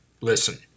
listen